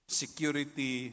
security